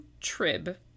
Trib